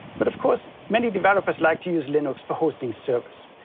but, of course, many developers like to use linux for hosting servers.